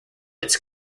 its